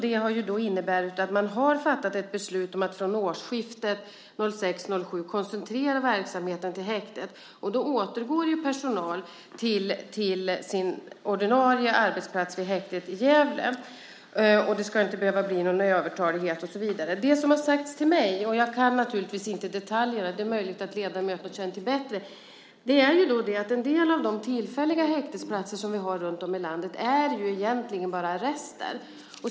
Det har inneburit att man har fattat beslut om att från årsskiftet 2006/07 koncentrera verksamheten till häktet. Då återgår personalen till sin ordinarie arbetsplats vid häktet i Gävle. Det ska inte behöva bli någon övertalighet. Jag kan naturligtvis inte detaljerna. Det är möjligt att ledamöterna känner till det bättre. Men det som har sagts till mig är att en del av de tillfälliga häktesplatser som vi har runtom i landet egentligen bara är arrester.